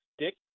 stick